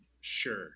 Sure